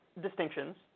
distinctions